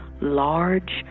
large